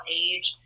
age